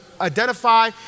identify